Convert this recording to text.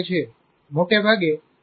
મોટે ભાગે આ વર્તમાન મોડેલોમાંનું એક છે